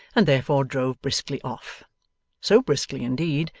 and therefore, drove briskly off so briskly indeed,